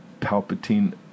Palpatine